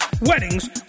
weddings